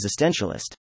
existentialist